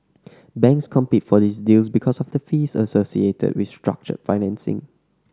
banks compete for these deals because of the fees associated with structured financing